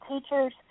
teachers